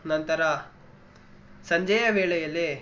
ನಂತರ ಸಂಜೆಯ ವೇಳೆಯಲ್ಲಿ